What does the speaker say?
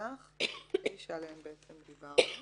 לרצח שעליהן דיברנו,